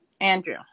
Andrew